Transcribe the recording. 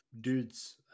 dudes